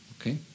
Okay